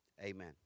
amen